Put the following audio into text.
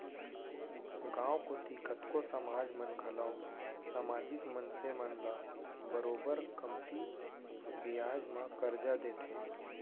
गॉंव कोती कतको समाज मन घलौ समाजिक मनसे मन ल बरोबर कमती बियाज म करजा देथे